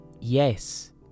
yes